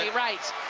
ah right.